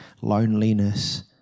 loneliness